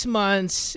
months